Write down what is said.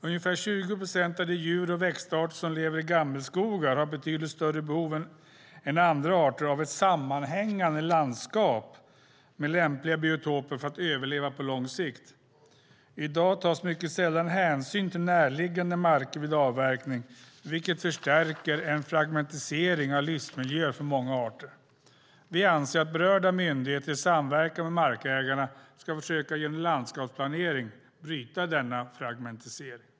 Ungefär 20 procent av de djur och växtarter som lever i gammelskogar har betydligt större behov än andra arter av ett sammanhängande landskap med lämpliga biotoper för att överleva på lång sikt. I dag tas mycket sällan hänsyn till närliggande marker vid avverkning, vilket förstärker en fragmentisering av livsmiljöer för många arter. Vi anser att berörda myndigheter i samverkan med markägarna genom landskapsplanering ska försöka bryta denna fragmentisering.